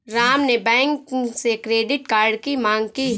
राम ने बैंक से credit card की माँग की